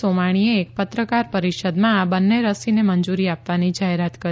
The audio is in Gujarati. સોમાણીએ એક પત્રકાર પરીષદમાં આ બંને રસીને મંજુરી આપવાની જાહેરાત કરી